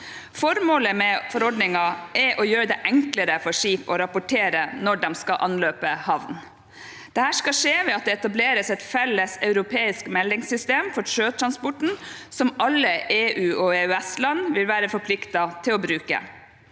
Formålet med forordningen er å gjøre det enklere for skip å rapportere når de skal anløpe havn. Dette skal skje ved at det etableres et felles europeisk meldingssystem for sjøtransporten som alle EU- og EØS-land vil være forpliktet til å bruke.